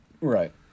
Right